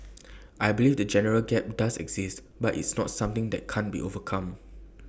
I believe the generation gap does exist but it's not something that can't be overcome